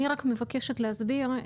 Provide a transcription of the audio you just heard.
אני רק מבקשת להסביר,